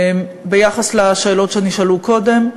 ביחס לשאלות שנשאלו קודם,